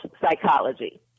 psychology